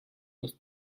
los